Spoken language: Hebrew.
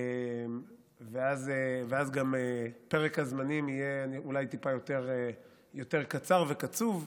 ואז גם פרק הזמנים יהיה טיפה אולי יותר קצר וקצוב,